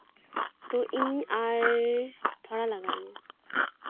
ᱛᱳ ᱤᱧ ᱟᱨ ᱛᱷᱚᱲᱟ ᱞᱟᱜᱟᱣ ᱤᱧᱟᱹ